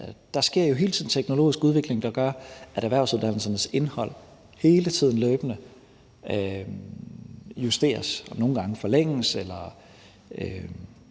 Der sker jo hele tiden en teknologisk udvikling, der gør, at erhvervsuddannelsernes indhold løbende justeres og nogle gange forlænges. Man